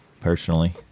personally